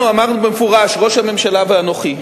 אנחנו אמרנו במפורש, ראש הממשלה ואנוכי,